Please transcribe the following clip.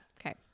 Okay